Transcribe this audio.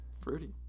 Fruity